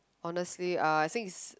honestly uh I think is